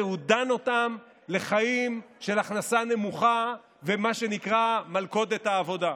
הוא דן אותו לחיים של הכנסה נמוכה ומה שנקרא מלכודת העבודה.